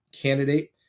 candidate